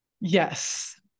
Yes